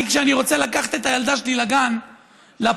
אני, כשאני רוצה לקחת את הילדה שלי לגן, לפארק,